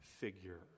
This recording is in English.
figure